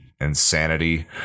insanity